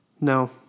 no